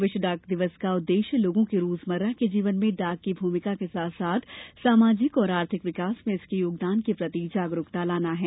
विश्व डाक दिवस का उद्देश्य लोगों के रोजमर्रा के जीवन में डाक की भूमिका के साथ साथ सामाजिक और आर्थिक विकास में इसके योगदान के प्रति जागरूकता लाना है